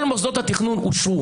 כל מוסדות התכנון אושרו.